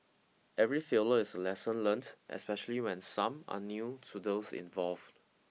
every failure is a lesson learnt especially when some are new to those involved